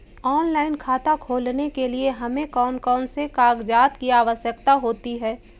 Online खाता खोलने के लिए हमें कौन कौन से कागजात की आवश्यकता होती है?